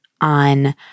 on